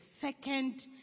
second